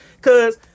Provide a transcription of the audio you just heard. Cause